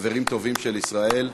חברים טובים של ישראל.